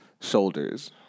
shoulders